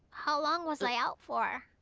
how long was i out for?